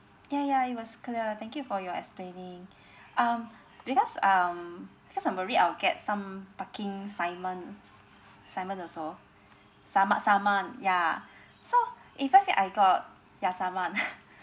ya ya it was clear thank you for your explaining um because um because I'm worried I'll get some parking simon simon also saman saman yeah so if let's say I got ya saman